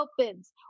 opens